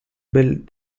build